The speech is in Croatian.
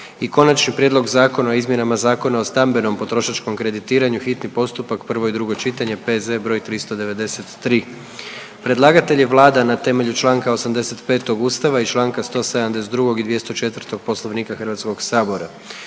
i - Prijedlog zakona o izmjenama Zakona o stambenom potrošačkom kreditiranju, s konačnim prijedlogom zakona, hitni postupak, prvo i drugo čitanje, P.Z. br. 393; Predlagatelj je Vlada na temelju čl. 85. Ustava i čl. 172. i 204. Poslovnika Hrvatskoga sabora.